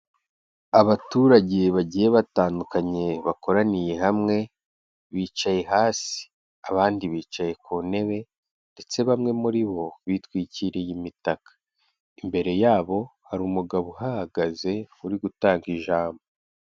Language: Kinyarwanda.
Abaturage bagiye batandukanye bakoraniye hamwe bicaye hasi, abandi bicaye ku ntebe ndetse bamwe muri bo bitwikiriye imitaka. Imbere yabo hari umugabo uhahagaze uri gutanga ijambo.